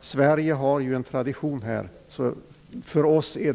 Sverige har ju en tradition när det gäller detta.